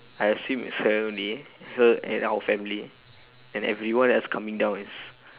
I assume it's seven only her and our family and everyone else coming down is